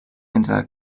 entre